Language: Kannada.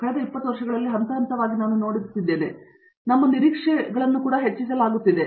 ಮತ್ತು ಕಳೆದ 20 ವರ್ಷಗಳಲ್ಲಿ ಹಂತಹಂತವಾಗಿ ನಾನು ನೋಡುತ್ತಿದ್ದೇನೆ ನಮ್ಮ ನಿರೀಕ್ಷೆಗಳನ್ನು ಕೂಡ ಹೆಚ್ಚಿಸಿಕೊಳ್ಳಲಾಗುತ್ತಿದೆ